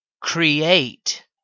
Create